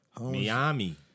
Miami